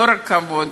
לא רק כבוד,